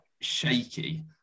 shaky